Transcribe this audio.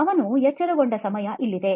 ಅವನು ಎಚ್ಚರಗೊಳ್ಳುವ ಸಮಯ ಇಲ್ಲಿದೆ